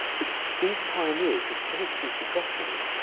but these pioneers have tended to be forgotten.